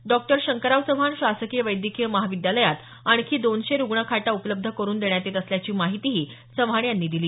डॉ शंकरराव चव्हाण शासकीय वैद्यकीय महाविद्यालयात आणखी दोनशे रुग्णखाटा उपलब्ध करून देण्यात येत असल्याची माहिती चव्हाण यांनी दिली